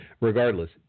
regardless